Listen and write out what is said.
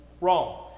Wrong